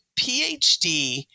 PhD